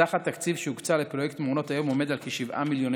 סך התקציב שהוקצה לפרויקט מעונות היום עומד על כ-7 מיליון